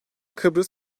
kıbrıs